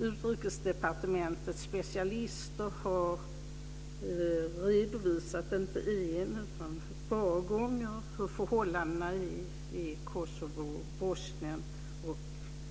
Utrikesdepartementets specialister har inte bara en gång utan ett par gånger redovisat hur förhållandena är i Kosovo, Bosnien och